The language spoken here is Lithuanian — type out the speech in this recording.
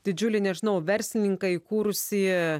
didžiulį nežinau verslininką įkūrusį